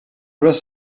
rest